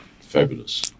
Fabulous